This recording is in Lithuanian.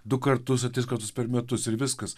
du kartus ar tris kartus per metus ir viskas